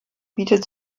bietet